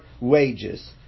wages